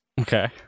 Okay